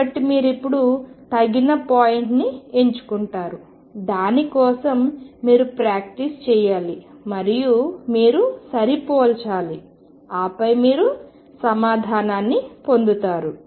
కాబట్టి మీరు ఇప్పుడు తగిన పాయింట్ని ఎంచుకుంటారు దాని కోసం మీరు ప్రాక్టీస్ చేయాలి మరియు మీరు సరిపోల్చాలి ఆపై మీరు సమాధానాన్ని పొందుతారు